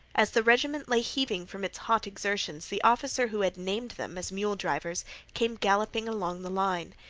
as the regiment lay heaving from its hot exertions the officer who had named them as mule drivers came galloping along the line.